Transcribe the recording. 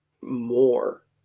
more